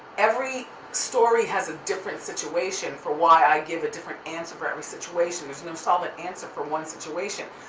every story has a different situation for why i give a different answer for every situation. there's no and um solvent answer for one situation.